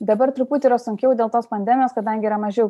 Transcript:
dabar truputį yra sunkiau dėl tos pandemijos kadangi yra mažiau